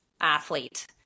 athlete